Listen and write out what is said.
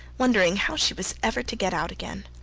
wondering how she was ever to get out again.